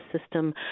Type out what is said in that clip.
system